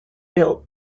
built